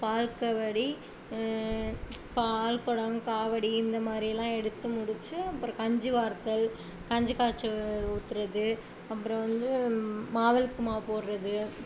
பால் காவடி பால் குடம் காவடி இந்த மாதிரியெல்லாம் எடுத்து முடிச்சு அப்புறோம் கஞ்சி வார்த்தல் கஞ்சி காய்ச்சி ஊற்றுறது அப்புறோம் வந்து மாவிளக்கு மாவு போடறது